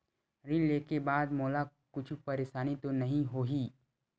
ऋण लेके बाद मोला कुछु परेशानी तो नहीं होही?